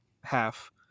half